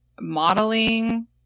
modeling